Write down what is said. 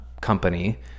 company